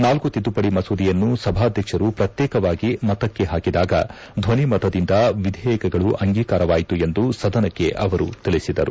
ನಾಲ್ಕು ತಿದ್ದುಪಡಿ ಮಸೂದೆಯನ್ನು ಸಭಾಧ್ಯಕ್ಷರು ಪ್ರಕ್ಯೇಕವಾಗಿ ಮತಕ್ಕೆ ಹಾಕಿದಾಗ ಧ್ವನಿಮತದಿಂದ ವಿಧೇಯಕಗಳು ಅಂಗೀಕಾರವಾಯಿತು ಎಂದು ಸದನಕ್ಕೆ ಅವರು ತಿಳಿಸಿದರು